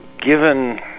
Given